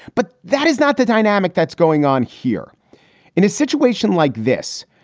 but that is not the dynamic that's going on here in a situation like this.